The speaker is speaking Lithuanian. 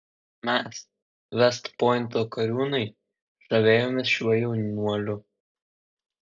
mes vest pointo kariūnai žavėjomės šiuo jaunuoliu